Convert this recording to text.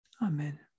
Amen